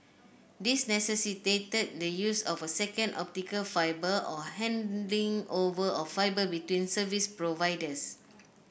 these necessitated the use of a second optical fibre or handing over of fibre between service providers